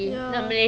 ya